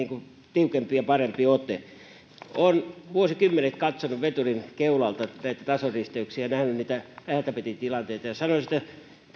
tiukempi ja parempi ote olen vuosikymmenet katsonut veturin keulalta näitä tasoristeyksiä ja nähnyt niitä läheltä piti tilanteita ja sanoisin